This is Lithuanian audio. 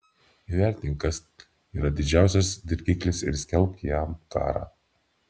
įvertink kas yra didžiausias dirgiklis ir skelbk jam karą